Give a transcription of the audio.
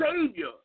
Savior